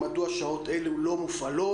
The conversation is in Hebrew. מדוע שעות אלו לא מופעלות?